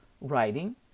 writing